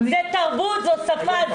זה תרבות, זו שפה.